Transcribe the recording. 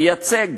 לייצג.